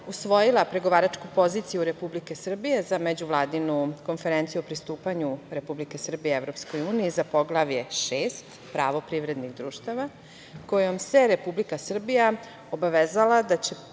usvojila pregovaračku poziciju Republike Srbije za Međuvladinu konferenciju o pristupanju Republike Srbije Evropskoj uniji za Poglavlje 6 – pravo privrednih društava, kojom se Republika Srbija obavezala da će